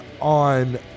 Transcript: on